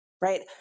right